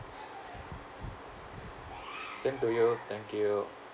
same to you thank you